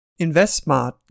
InvestSmart